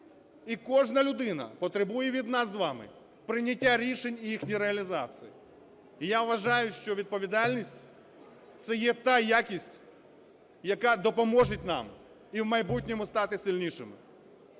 І кожна людина потребує від нас з вами прийняття рішень і їхню реалізацію. Я вважаю, що відповідальність – це є та якість, яка допоможе нам і в майбутньому стати сильнішими.